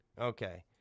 Okay